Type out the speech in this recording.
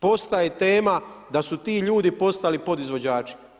Postaje tema da su ti ljudi postali podizvođači.